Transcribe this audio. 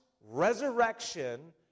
resurrection